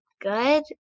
good